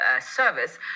service